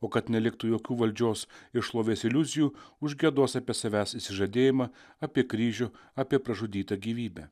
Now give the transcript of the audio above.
o kad neliktų jokių valdžios ir šlovės iliuzijų užgiedos apie savęs išsižadėjimą apie kryžių apie pražudytą gyvybę